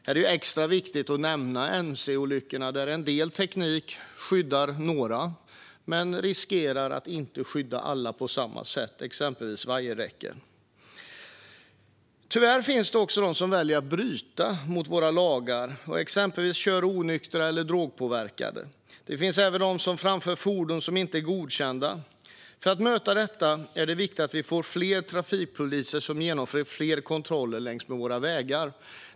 Här är det extra viktigt att nämna mc-olyckorna, där en del teknik skyddar vissa men riskerar att inte skydda alla på samma sätt. Det gäller exempelvis vajerräcken. Tyvärr finns det också de som väljer att bryta mot våra lagar och exempelvis köra onyktra eller drogpåverkade. Det finns även de som framför fordon som inte är godkända. För att möta detta är det viktigt att vi får fler trafikpoliser som genomför fler kontroller längs våra vägar.